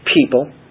people